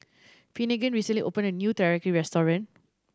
Finnegan recently opened a new Teriyaki Restaurant